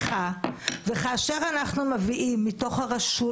--- כאשר אנחנו מאפשרים מתוך הרשות